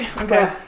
Okay